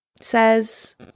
says